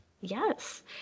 Yes